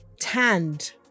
tanned